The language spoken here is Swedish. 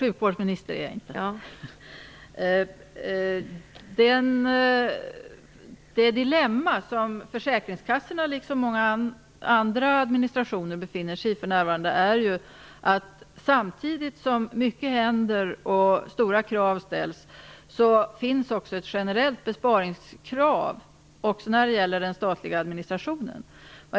Fru talman! Det dilemma som försäkringskassorna liksom många andra administrationer för närvarande befinner sig i är att det samtidigt som mycket händer och stora krav ställs finns ett generellt besparingskrav också på den statliga administrationen.